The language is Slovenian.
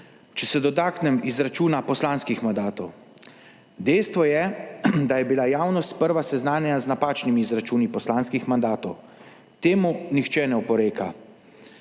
Če se dotaknem izračuna poslanskih mandatov. Dejstvo je, da je bila javnost sprva seznanjena z napačnimi izračuni poslanskih mandatov. Temu nihče ne oporeka,